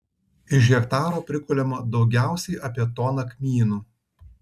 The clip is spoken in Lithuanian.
iš hektaro prikuliama daugiausiai apie toną kmynų